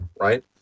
right